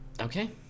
Okay